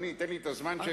אדוני, תן לי את הזמן שלי.